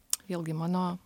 vėlgi mano